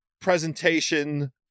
presentation